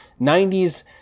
90s